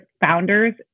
founders